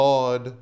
God